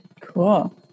Cool